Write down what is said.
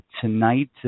tonight